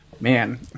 man